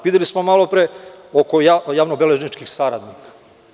Videli smo malopre oko javnobeležničkih saradnika.